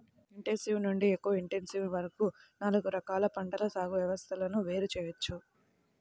intensive నుండి ఎక్కువ intensive వరకు నాలుగు రకాల పంటల సాగు వ్యవస్థలను వేరు చేయవచ్చు